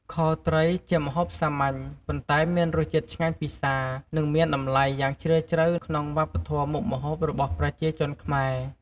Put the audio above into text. ខត្រីជាម្ហូបសាមញ្ញ ប៉ុន្តែមានរសជាតិឆ្ងាញ់ពិសា និងមានតម្លៃយ៉ាងជ្រាលជ្រៅក្នុងវប្បធម៌មុខម្ហូបរបស់ប្រជាជនខ្មែរ។